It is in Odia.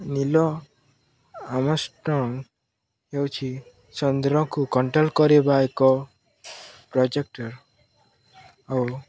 ନୀଲ ଆମଷ୍ଟ୍ରଙ୍ଗ ହେଉଛି ଚନ୍ଦ୍ରକୁ କଣ୍ଟ୍ରୋଲ୍ କରିବା ଏକ ପ୍ରୋଜେକ୍ଟର୍ ଆଉ